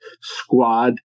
squad